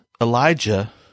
Elijah